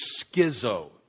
schizo